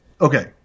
Okay